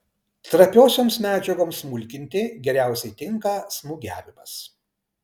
trapiosioms medžiagoms smulkinti geriausiai tinka smūgiavimas